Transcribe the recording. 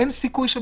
אין שום סיכוי.